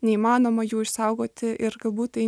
neįmanoma jų išsaugoti ir galbūt tai